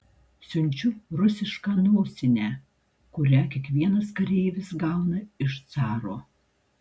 siunčiu rusišką nosinę kurią kiekvienas kareivis gauna iš caro